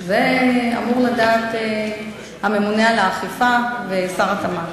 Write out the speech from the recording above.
זה אמור לדעת הממונה על האכיפה ושר התמ"ת.